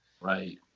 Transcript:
Right